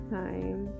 time